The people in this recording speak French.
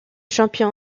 champion